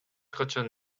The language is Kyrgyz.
качан